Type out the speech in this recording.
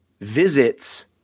visits